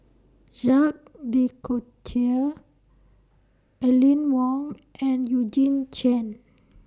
Jacques De Coutre Aline Wong and Eugene Chen